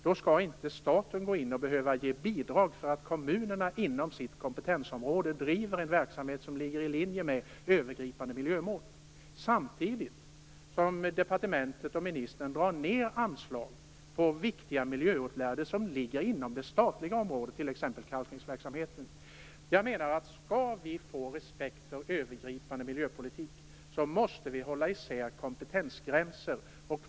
Då skall inte staten behöva gå in och ge bidrag för att kommunerna inom sitt kompetensområde driver en verksamhet som ligger i linje med övergripande miljömål, samtidigt som departementet och ministern drar ned anslag till viktiga miljöåtgärder som ligger inom det statliga området, t.ex. kalkningsverksamheten. Skall vi få respekt för en övergripande miljöpolitik måste vi hålla isär kompetensområden.